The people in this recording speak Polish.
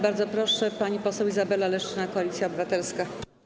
Bardzo proszę, pani poseł Izabela Leszczyna, Koalicja Obywatelska.